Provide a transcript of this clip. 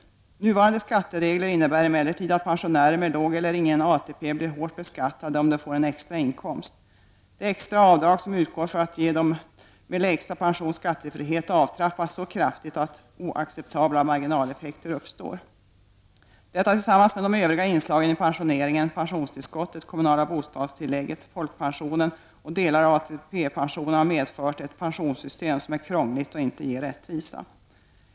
Nuvarande skatteregler innebär emellertid att pensionärer med låg eller ingen ATP blir hårt beskattade om de får en extra inkomst. Det extra avdrag som utgår för att ge dem som har lägsta pension skattefrihet, avtrappas så kraftigt att oacceptabla marginaleffekter uppstår. Detta tillsammans med de övriga inslagen i pensioneringen — pensionstillskottet, kommunala bostadstillägget, folkpensionen och delar av ATP-pensionen — har medfört ett pensionssystem som är krångligt och inte ger rättvisa.